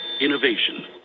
Innovation